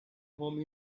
home